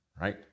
right